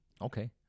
Okay